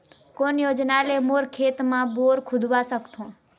कोन योजना ले मोर खेत मा बोर खुदवा सकथों?